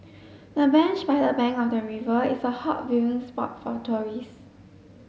the bench by the bank of the river is a hot viewing spot for tourists